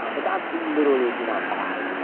um but that's literally if you wanna buy, you